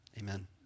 Amen